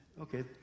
Okay